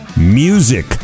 Music